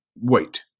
Wait